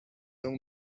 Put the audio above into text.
own